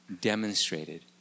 demonstrated